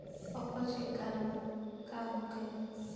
अपच के कारण का होखे?